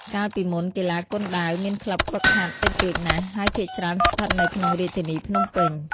កាលពីមុន កីឡាគុនដាវមានក្លិបហ្វឹកហាត់តិចតួចណាស់ ហើយភាគច្រើនស្ថិតនៅក្នុងរាជធានីភ្នំពេញ។